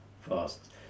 fast